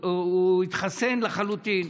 הוא התחסן לחלוטין,